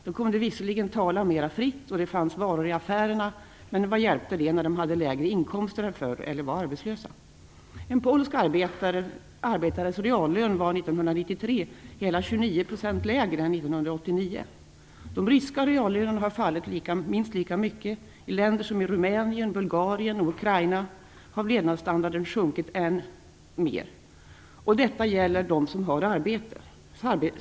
De kunde visserligen tala mera fritt och det fanns varor i affärerna, men vad hjälpte det när de hade lägre inkomster än förr eller var arbetslösa? En polsk arbetares reallön var 1993 hela 29 % lägre än 1989. De ryska reallönerna har fallit minst lika mycket. I länder som Rumänien, Bulgarien och Ukraina har levnadsstandarden sjunkit än mer, och detta gäller dem som har arbete.